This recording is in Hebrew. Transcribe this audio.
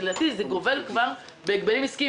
לדעתי זה גובל כבר בהגבלים עסקיים,